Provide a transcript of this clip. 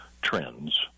Trends